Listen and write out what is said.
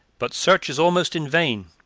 but search is almost in vain.